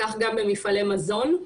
כך גם במפעלי מזון.